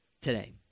Today